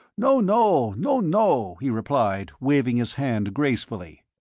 no, no. no, no, he replied, waving his hand gracefully,